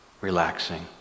Relaxing